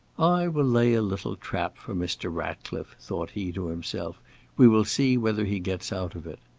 i will lay a little trap for mr. ratcliffe, thought he to himself we will see whether he gets out of it.